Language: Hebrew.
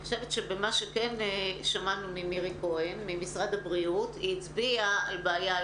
ממה שכן שמענו ממירי כהן ממשרד הבריאות היא הצביעה על בעיה.